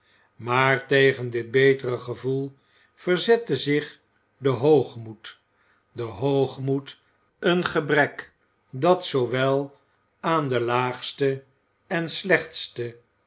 maar tegen dit betere gevoel verzette zich de hoogmoed de hoogmoed een gebrek dat zoowel aan de laagste en slechtste